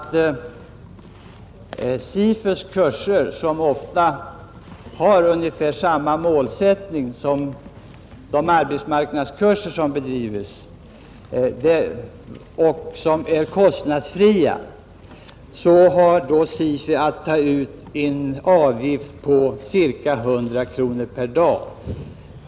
På SIFU:s kurser, som ofta har ungefär samma målsättning som de arbetsmarknadskurser som bedrivs och som är kostnadsfria, har SIFU alltså att ta ut en avgift på ca 100 kronor per dag.